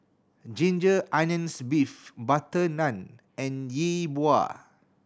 ginger onions beef butter naan and Yi Bua